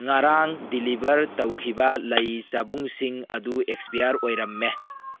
ꯉꯔꯥꯡ ꯗꯤꯂꯤꯕꯔ ꯇꯧꯈꯤꯕ ꯂꯩ ꯆꯕꯨꯡꯁꯤꯡ ꯑꯗꯨ ꯑꯦꯛꯄꯤꯌꯥꯔ ꯑꯣꯏꯔꯝꯃꯦ